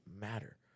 matter